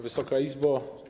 Wysoka Izbo!